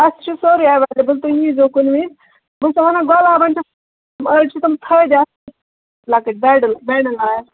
اَسہِ چھُ سورٕے ایویلیبٕل تُہۍ ییٖزیو کُنہِ وِزِ بہٕ وَنان گۄلابن چھِ أڑۍ چھِ تِم تھٔدۍ لۄکٕٹۍ بیڈل بیڈل